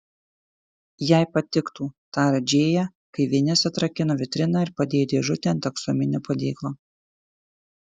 jai patiktų tarė džėja kai vinis atrakino vitriną ir padėjo dėžutę ant aksominio padėklo